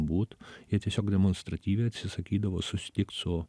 būt jie tiesiog demonstratyviai atsisakydavo susitikt su